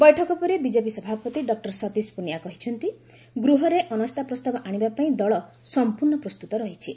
ବୈଠକ ପରେ ବିଜେପି ସଭାପତି ଡଃ ସତୀଶ ପୁନିଆ କହିଛନ୍ତି ଗୃହରେ ଅବିଶ୍ୱାସ ପ୍ରସ୍ତାବ ଆଣିବା ପାଇଁ ଦଳ ସଂପୂର୍ଣ୍ଣ ପ୍ରସ୍ତୁତ ରହିଛି